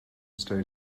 stay